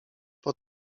pod